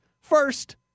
First